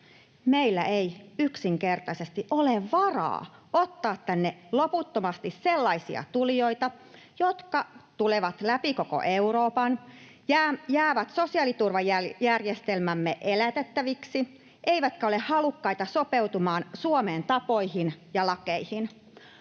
Meillä ei yksinkertaisesti ole varaa ottaa tänne loputtomasti sellaisia tulijoita, jotka tulevat läpi koko Euroopan, jäävät sosiaaliturvajärjestelmämme elätettäviksi eivätkä ole halukkaita sopeutumaan Suomen tapoihin ja lakeihin,